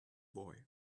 boy